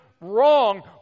wrong